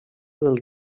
del